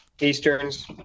Eastern's